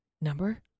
number